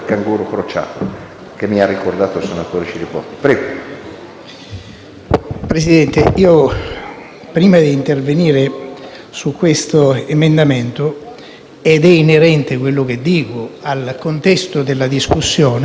Presidente, prima d'intervenire su questo emendamento - e quanto dico è inerente al contesto della discussione - faccio una riflessione dal punto di vista politico, che è la